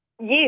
Yes